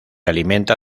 alimenta